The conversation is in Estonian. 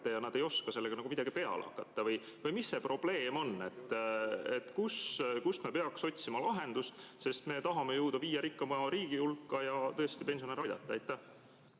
ja nad ei oska sellega midagi peale hakata? Või mis see probleem on? Kust me peaks otsima lahendust, sest me tahame jõuda viie rikkaima riigi hulka ja tõesti pensionäre aidata? Aitäh,